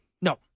No